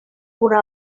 una